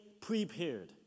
prepared